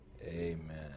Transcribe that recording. Amen